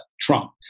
Trump